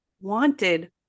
wanted